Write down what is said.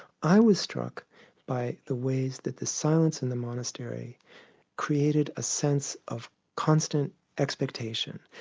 i was struck by the ways that the silence in the monastery created a sense of constant expectation.